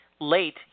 late